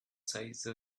size